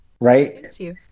right